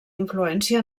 influència